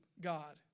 God